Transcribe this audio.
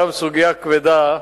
גם סוגיה כבדה.